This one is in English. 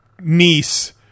niece